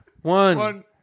One